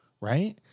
Right